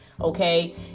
Okay